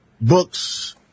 books